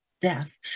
death